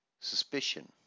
Suspicion